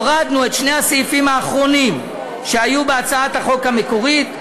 הורדנו את שני הסעיפים האחרונים שהיו בהצעת החוק המקורית.